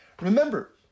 Remember